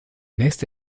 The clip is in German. nächste